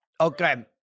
Okay